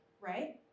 right